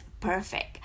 perfect